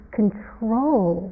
control